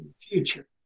future